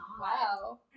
Wow